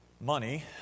money